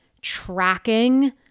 tracking